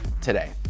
today